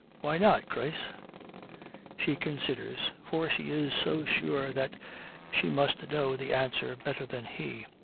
why not, grace she considers, for she is so sure that she must know the answer better than he.